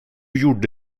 gjorde